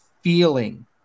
feeling